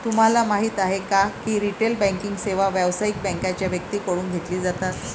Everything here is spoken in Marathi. तुम्हाला माहिती आहे का की रिटेल बँकिंग सेवा व्यावसायिक बँकांच्या व्यक्तींकडून घेतली जातात